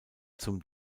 zum